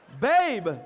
Babe